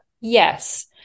Yes